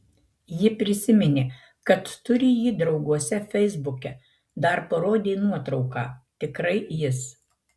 ji prisiminė kad turi jį drauguose feisbuke dar parodė nuotrauką tikrai jis